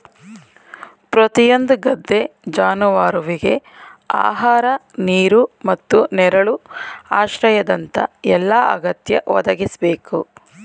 ಪ್ರತಿಯೊಂದು ಗದ್ದೆ ಜಾನುವಾರುವಿಗೆ ಆಹಾರ ನೀರು ಮತ್ತು ನೆರಳು ಆಶ್ರಯದಂತ ಎಲ್ಲಾ ಅಗತ್ಯ ಒದಗಿಸ್ಬೇಕು